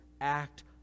act